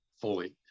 fully